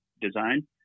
design